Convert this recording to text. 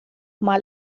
mal